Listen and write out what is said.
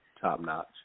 top-notch